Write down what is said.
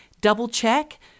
double-check